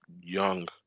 young